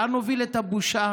לאן נוביל את הבושה,